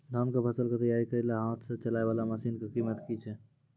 धान कऽ फसल कऽ तैयारी करेला हाथ सऽ चलाय वाला मसीन कऽ कीमत की छै?